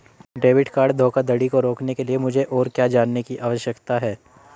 Debit card धोखाधड़ी को रोकने के लिए मुझे और क्या जानने की आवश्यकता है?